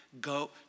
go